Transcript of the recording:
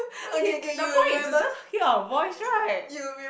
no he the point is to just hear our voice right